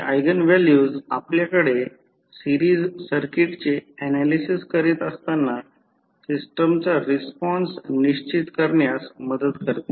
हे again values आपल्याकडे series सर्किटचे ऍनालिसिस करीत असताना सिस्टमचा रिस्पॉन्स निश्चित करण्यास मदत करते